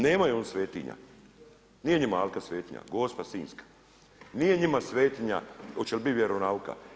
Nemaju oni svetinja, nije njima alka svetinja, Gospa sinjska, nije njima svetinja hoće li biti vjeronauka.